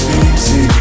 easy